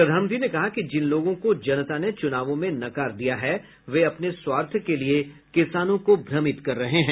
प्रधानमंत्री ने कहा कि जिन लोगों को जनता ने चुनावों में नकार दिया है वे अपने स्वार्थ के लिये किसानों को भ्रमित कर रहे हैं